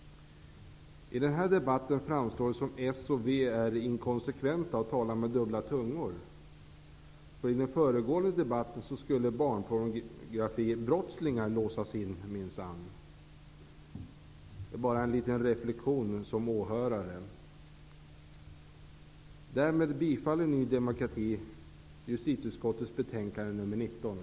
I den här debatten framstår det som att Socialdemokraterna och Vänsterpartiet är inkonsekventa och talar med dubbla tungor. I den föregående debatten menade de att barnpornografibrottslingar minsann skulle låsas in -- detta bara som en liten reflektion som åhörare.